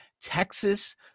Texas